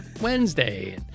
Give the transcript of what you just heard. Wednesday